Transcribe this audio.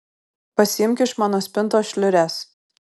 pasiimk iš mano spintos šliures